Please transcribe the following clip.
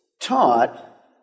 taught